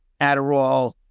Adderall